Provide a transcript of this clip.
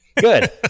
Good